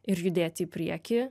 ir judėti į priekį